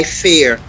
fear